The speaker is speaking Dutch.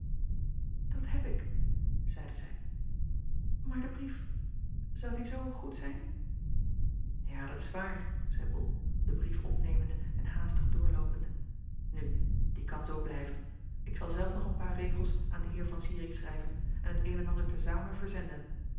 at heb ik zeide zij maar de brief zou die zoo goed zijn a dat is waar zeî ol den brief opnemende en haastig doorloopende nu die kan zoo blijven ik zal zelf nog een paar regels aan den eer an irik schrijven en het een en ander te zamen verzenden